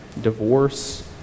divorce